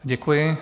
Děkuji.